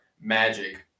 magic